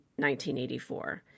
1984